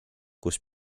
kus